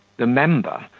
the member,